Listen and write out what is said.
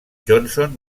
johnson